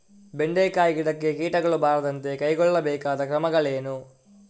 ಬೆಂಡೆಕಾಯಿ ಗಿಡಕ್ಕೆ ಕೀಟಗಳು ಬಾರದಂತೆ ಕೈಗೊಳ್ಳಬೇಕಾದ ಕ್ರಮಗಳೇನು?